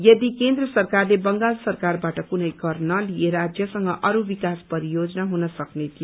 यदि केन्द्र सरकारले बंगाल सरकारवाट कुनै कर नलिए राज्यसँग अरू विकास परियोजना हुन सक्ने थियो